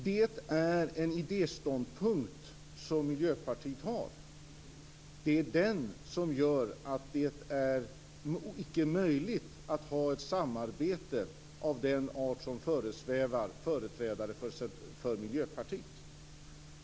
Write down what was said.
Det är en idéståndpunkt som Miljöpartiet har. Det är den som gör att det icke är möjligt att ha ett samarbete av den art som föresvävar företrädare för Miljöpartiet.